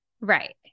Right